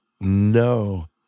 no